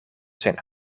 zijn